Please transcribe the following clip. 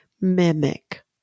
mimic